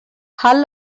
hull